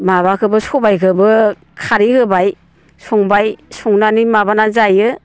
माबाखौबो सबाइखौबो खारै होबाय संबाय संनानै माबानानै जायो